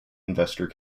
investor